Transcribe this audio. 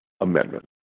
amendment